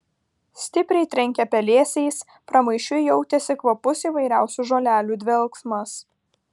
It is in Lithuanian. stipriai trenkė pelėsiais pramaišiui jautėsi kvapus įvairiausių žolelių dvelksmas